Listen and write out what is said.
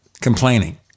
complaining